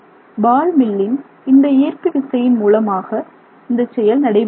பால் மில்லின் இந்த ஈர்ப்பு விசையின் மூலமாக இந்த செயல் நடைபெறுகிறது